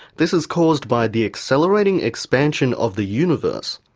this is caused by the accelerating expansion of the universe,